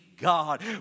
God